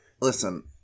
Listen